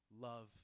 love